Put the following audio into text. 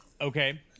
okay